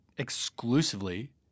exclusively